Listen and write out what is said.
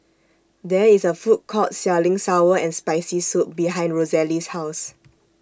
There IS A Food Court Selling Sour and Spicy Soup behind Rosalie's House